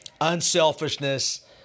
Unselfishness